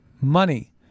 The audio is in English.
money